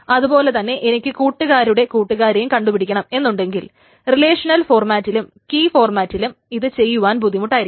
അതുപോലെതന്നെ എനിക്ക് കൂട്ടുകാരുടെ കൂട്ടുകാരെയും കണ്ടുപിടിക്കണമെന്നുണ്ടെങ്കിൽ റിലേഷനൽ ഫോർമാറ്റിലും കീവാല്യൂ ഫോർമാറ്റിലും ഇത് ചെയ്യുവാൻ ബുദ്ധിമുട്ടായിരിക്കും